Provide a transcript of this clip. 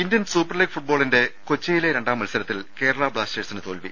Indian super league ഫുട്ബോളിന്റെ കൊച്ചിയിലെ രണ്ടാം മത്സരത്തിൽ കേരള ബ്ലാസ്റ്റേഴ്സിനു തോൽവി